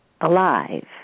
alive